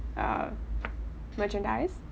uh merchandise